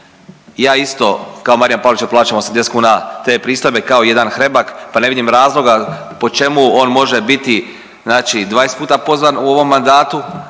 Ja isto kao Marijan Pavliček plaćam 80 kuna tv pristojbe kao i jedan Hrebak pa ne vidim razloga po čemu on može biti znači 20 puta pozvan u ovom mandatu,